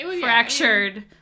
fractured